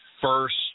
first